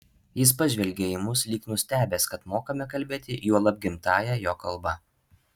jis pažvelgė į mus lyg nustebęs kad mokame kalbėti juolab gimtąja jo kalba